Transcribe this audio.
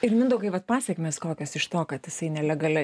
ir mindaugai vat pasekmės kokios iš to kad jisai nelegaliai